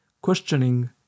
questioning